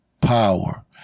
power